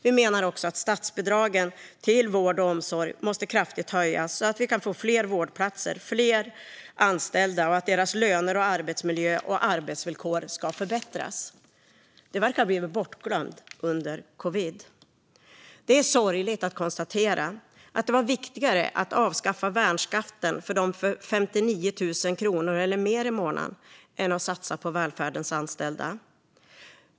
Vi menar också att statsbidragen till vård och omsorg måste höjas kraftigt så att det kan bli fler vårdplatser och anställda och så att löner, arbetsmiljö och arbetsvillkor kan förbättras. Detta verkar ha blivit bortglömt under covid. Det är sorgligt att det var viktigare att avskaffa värnskatten för dem med 59 000 kronor eller mer i månaden än att satsa på välfärdens anställda.